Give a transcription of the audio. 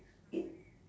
it